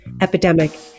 epidemic